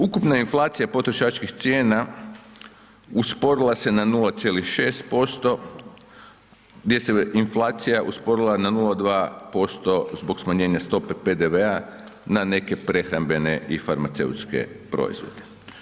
Ukupna inflacija potrošačkih cijena usporila se na 0,6% gdje se inflacija usporila na 0,2% zbog smanjenja stope PDV-a na neke prehrambene i farmaceutske proizvode.